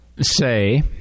say